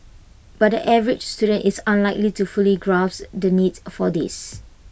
but the average student is unlikely to fully grasp the needs for this